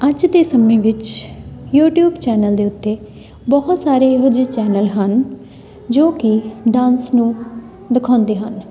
ਅੱਜ ਦੇ ਸਮੇਂ ਵਿੱਚ ਯੂਟਿਊਬ ਚੈਨਲ ਦੇ ਉੱਤੇ ਬਹੁਤ ਸਾਰੇ ਇਹੋ ਜਿਹੇ ਚੈਨਲ ਹਨ ਜੋ ਕਿ ਡਾਂਸ ਨੂੰ ਦਿਖਾਉਂਦੇ ਹਨ